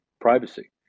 privacy